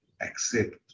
accept